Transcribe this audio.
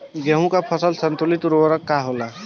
गेहूं के फसल संतुलित उर्वरक का होला?